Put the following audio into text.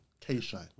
K-Shine